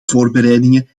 voorbereiding